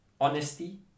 honesty